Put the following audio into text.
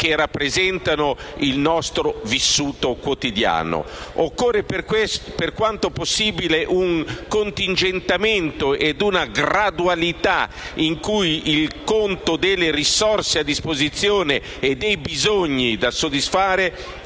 che rappresentano il nostro vissuto quotidiano. Occorre, per quanto possibile, un contingentamento e una gradualità, in cui il conto delle risorse a disposizione e dei bisogni da soddisfare